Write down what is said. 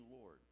Lord